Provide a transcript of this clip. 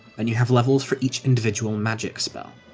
and you have levels for each individual magic spell.